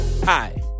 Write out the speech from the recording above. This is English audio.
Hi